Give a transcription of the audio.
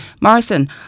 Morrison